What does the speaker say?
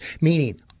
meaning